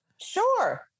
Sure